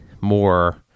more